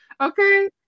Okay